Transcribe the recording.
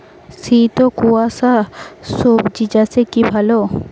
শীত ও কুয়াশা স্বজি চাষে কি ভালো?